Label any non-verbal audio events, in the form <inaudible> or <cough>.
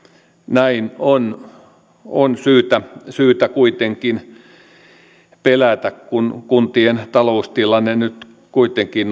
näin on on syytä syytä kuitenkin pelätä kun kuntien taloustilanne nyt kuitenkin <unintelligible>